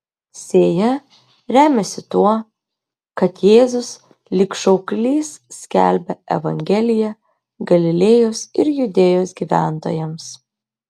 sėja remiasi tuo kad jėzus lyg šauklys skelbia evangeliją galilėjos ir judėjos gyventojams